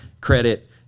credit